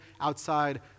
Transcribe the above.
outside